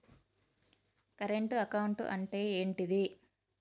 Current account అంటే ఏంటిది?